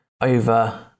over